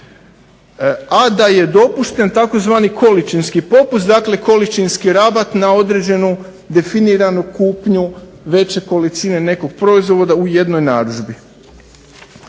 a da je dopušten tzv. količinskih popust dakle količinski rabat na određenu definiranu kupnju veće količine nekog proizvoda u jednoj narudžbi.